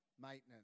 maintenance